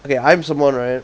okay I'm someone right